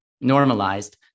normalized